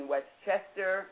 Westchester